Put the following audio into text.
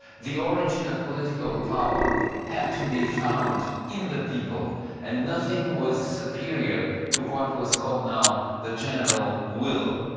the origin of political power had to be found in the people and nothing was superior to what was called now the general will.